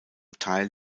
teil